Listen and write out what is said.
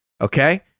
okay